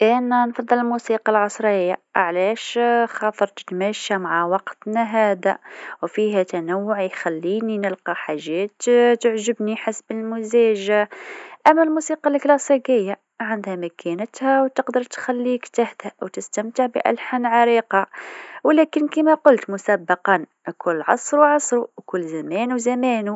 أنا نفضل الموسيقى العصريه علاش؟ خاطر تتماشى مع وقتنا هذا، وفيها تنوع يخليني نلقى حاجات تعجبني حسب المزاج، أما الموسيقى الكلاسيكيه عندها مكانتها وتقدر تخليك تهدا وتستمتع بألحان عريقه، ولكن كيما قلت مسبقا كل عصر و عصرو و كل زمان و زمانو.